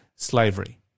Slavery